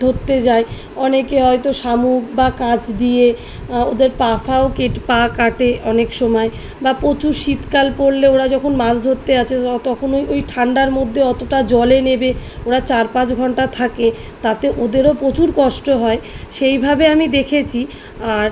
ধরতে যায় অনেকে হয়তো শামুক বা কাঁচ দিয়ে ওদের পা ফাও কেটে পা কাটে অনেক সময় বা প্রচুর শীতকাল পড়লেও ওরা যখন মাছ ধরতে আছে তখন ওই ওই ঠান্ডার মধ্যে অতোটা জলে নেবে ওরা চার পাঁচ ঘন্টা থাকে তাতে ওদেরও প্রচুর কষ্ট হয় সেইভাবে আমি দেখেছি আর